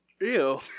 Ew